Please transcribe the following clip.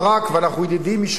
ואנחנו ידידים משנים,